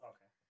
Okay